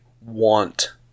want